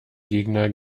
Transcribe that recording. gegner